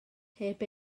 heb